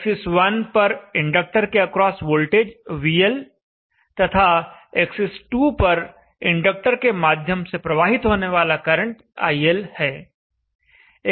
axis 1 पर inductor के across voltage vL तथा एक्सिस 2 पर इंडक्टर के माध्यम से प्रवाहित होने वाला करंट iL है